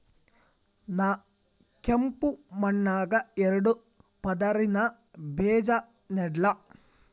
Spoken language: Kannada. ನಾ ಕೆಂಪ್ ಮಣ್ಣಾಗ ಎರಡು ಪದರಿನ ಬೇಜಾ ನೆಡ್ಲಿ?